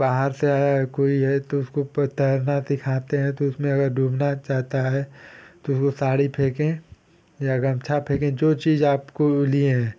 बाहर से आया है कोई है तो उसको प्रोत्साहन दिखाते हैं तो उसमें अगर डूबना चाहता है तो उसको साड़ी फेकें या गमछा फेकें जो चीज़ आपको लिए